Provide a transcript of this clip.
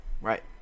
right